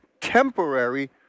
temporary